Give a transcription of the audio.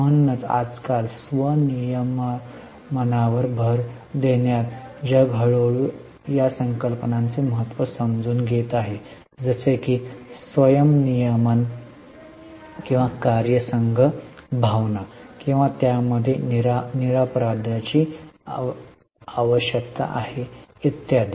म्हणूनच आजकाल स्व नियमनावर भर देण्यात जग हळूहळू या संकल्पनांचे महत्त्व समजून घेत आहे जसे की स्वयं नियमन किंवा कार्यसंघ भावना किंवा त्यामध्ये निरपराधतेची आवश्यकता आहे इत्यादी